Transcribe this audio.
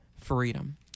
Freedom